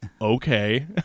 Okay